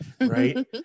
right